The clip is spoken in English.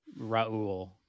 Raul